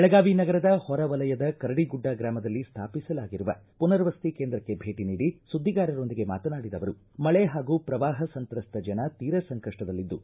ಬೆಳಗಾವಿ ನಗರದ ಹೊರವಲಯದ ಕರಡಿಗುಡ್ಡ ಗ್ರಾಮದಲ್ಲಿ ಸ್ಥಾಪಿಸಲಾಗಿರುವ ಪುನರ್ವಸತಿ ಕೇಂದ್ರಕ್ಷೆ ಭೇಟ ನೀಡಿ ಸುದ್ದಿಗಾರರೊಂದಿಗೆ ಮಾತನಾಡಿದ ಅವರು ಮಳೆ ಹಾಗೂ ಪ್ರವಾಹ ಸಂತ್ರಸ್ತ ಜನ ತೀರ ಸಂಕಪ್ಪದಲ್ಲಿದ್ದು